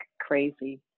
crazy